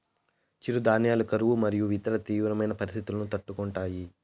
చిరుధాన్యాలు కరువు మరియు ఇతర తీవ్రమైన పరిస్తితులను తట్టుకుంటాయి